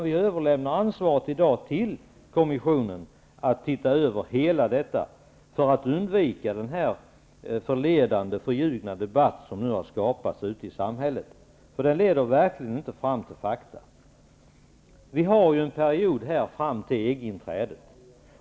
Vi överlämnar i dag ansvaret till kommissionen, som får se över dessa frågor för att undvika den förledande och förljugna debatt som har skapats ute i samhället. Den leder verkligen inte fram till fakta. Vi har nu en period fram till EG-inträdet.